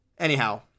Anyhow